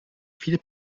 viele